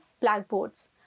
blackboards